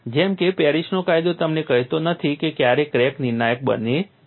જેમ કે પેરિસનો કાયદો તમને કહેતો નથી કે ક્યારે ક્રેક નિર્ણાયક બને છે